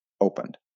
opened